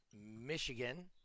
Michigan